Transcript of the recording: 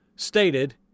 Stated